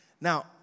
Now